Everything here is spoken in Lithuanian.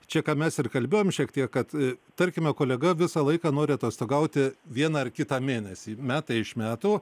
čia ką mes ir kalbėjom šiek tiek kad tarkime kolega visą laiką nori atostogauti vieną ar kitą mėnesį metai iš metų